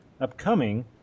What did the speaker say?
upcoming